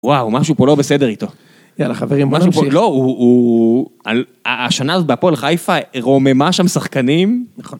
וואו, משהו פה לא בסדר איתו. יאללה חברים, בואו נמשיך. משהו פה לא, הוא, הוא, השנה הזאת בהפועל חיפה, רוממה שם שחקנים נכון.